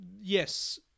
yes